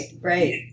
right